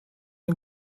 ein